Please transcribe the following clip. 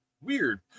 weird